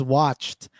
watched